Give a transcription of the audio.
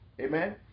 Amen